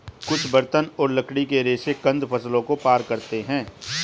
कुछ बर्तन और लकड़ी के रेशे कंद फसलों को पार करते है